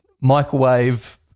microwave